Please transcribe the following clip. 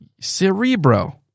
Cerebro